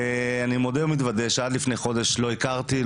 ואני מודה ומתוודה שעד לפני חודש לא הכרתי,